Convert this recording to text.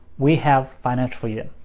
we have financial freedom.